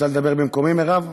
את רוצה לדבר במקומי, מירב?